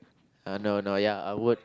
uh no no ya I would